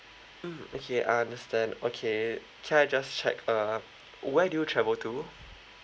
mm okay I understand okay can I just check uh where do you travel to